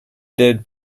did